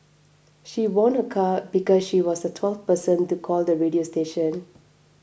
she won a car because she was the twelfth person to call the radio station